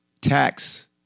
tax